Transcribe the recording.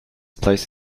place